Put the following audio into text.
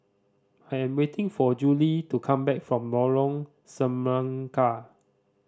I am waiting for Juli to come back from Lorong Semangka